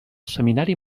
seminari